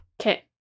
Okay